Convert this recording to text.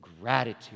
gratitude